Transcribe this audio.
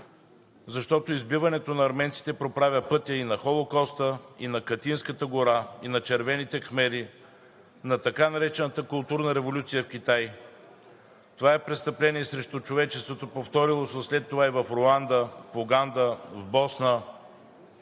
Защото избиването на арменците проправя пътя и на Холокоста, и на Катинската гора, и на червените кхмери, на така наречената Културна революция в Китай. Това е престъпление срещу човечеството, повторило се след това и в Руанда, в Уганда, в Босна,